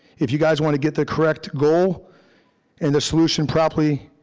if you guys wanna get the correct goal and the solution properly